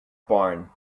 barn